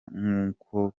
nk’uko